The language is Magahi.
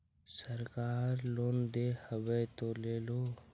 सरकार लोन दे हबै तो ले हो?